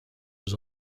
was